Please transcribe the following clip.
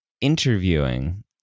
interviewing